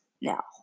now